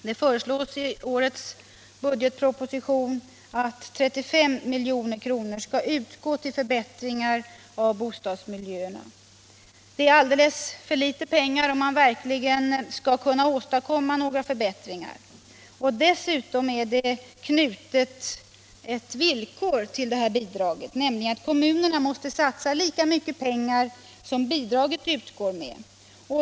Det föreslås i årets budgetproposition att 35 milj.kr. skall utgå till förbättringar av bostadsmiljöer. Det är alldeles för litet pengar om man verkligen skall kunna åstadkomma några förbättringar. Dessutom är det knutet ett villkor till bidraget, nämligen att kommunerna måste satsa lika mycket pengar som bidraget utgår med.